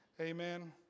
Amen